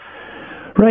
Right